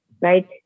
right